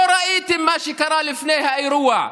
לא ראיתי מה שקרה לפני האירוע,